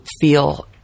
feel